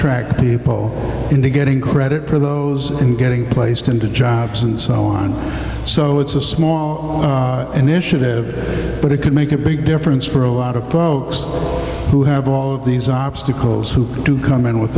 track people into getting credit for those and getting placed into jobs and so on so it's a small initiative but it could make a big difference for a lot of folks who have all of these obstacles who come in with